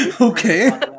okay